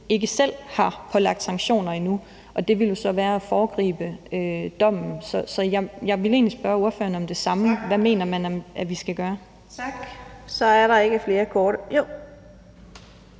ikke selv har pålagt sanktioner endnu. Og det ville jo så være at foregribe dommen. Så jeg vil egentlig spørge ordføreren om det samme. Hvad mener man at vi skal gøre? Kl. 12:14 Fjerde næstformand